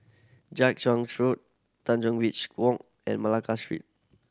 Jiak Chuan Road Tanjong Reach Walk and Malacca Street